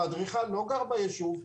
האדריכל לא גר ביישוב.